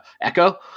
echo